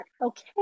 Okay